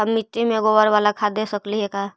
हम मिट्टी में गोबर बाला खाद दे सकली हे का?